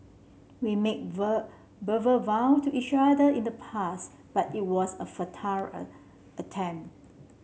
we made vow to each other in the past but it was a attempt